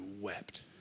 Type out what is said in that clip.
wept